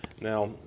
Now